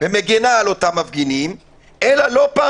ומגינה על אותם מפגינים אלא לא פעם